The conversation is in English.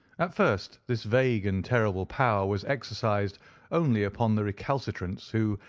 at first this vague and terrible power was exercised only upon the recalcitrants who,